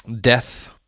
Death